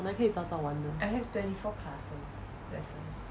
本来可以早早完的